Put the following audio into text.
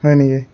হয় নেকি